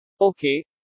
Okay